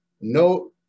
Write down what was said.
No